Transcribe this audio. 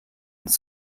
uns